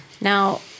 Now